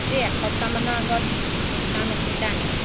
আজি এসপ্তাহমানৰ আগত মিক্সাৰ মেচিন এটা আনিলো